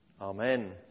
Amen